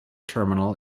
terminal